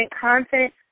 content